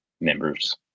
members